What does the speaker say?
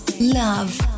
Love